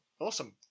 Awesome